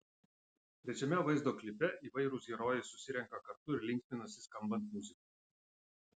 trečiame vaizdo klipe įvairūs herojai susirenka kartu ir linksminasi skambant muzikai